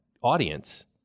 audience